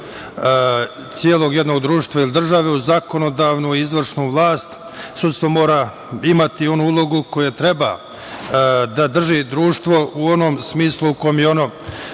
stuba celog jednog društva ili države u zakonodavnu, izvršnu vlast. Sudstvo mora imati onu ulogu koja treba da drži društvo u onom smislu u kome je ono